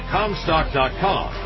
Comstock.com